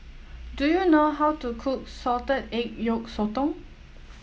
do you know how to cook Salted Egg Yolk Sotong